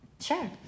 Sure